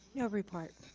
every part.